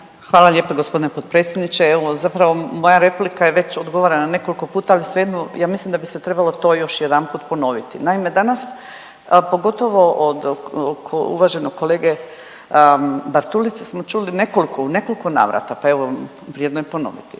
Hvala lijepo g. potpredsjedniče. Evo zapravo moja replika je već odgovorena nekoliko puta, ali svejedno ja mislim da bi se trebalo to još jedanput ponoviti. Naime, danas pogotovo od uvaženog kolege Bartulice smo čuli u nekoliko, u nekoliko navrata, pa evo vrijedno je ponoviti